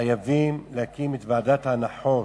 חייבים להקים את ועדת ההנחות.